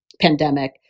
pandemic